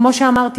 כמו שאמרתי,